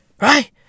Right